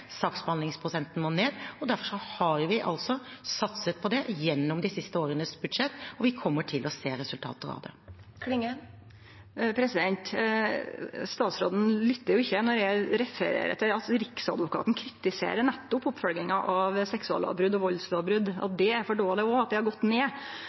må ned. Derfor har vi satset på det gjennom de siste årenes budsjetter, og vi kommer til å se resultater av det. Statsråden lyttar jo ikkje når eg refererer til at Riksadvokaten kritiserer nettopp oppfølginga av seksuallovbrot og valdslovbrot – at den er for dårleg, og at oppklaringsprosenten har gått ned.